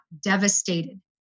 devastated